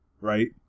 right